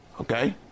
Okay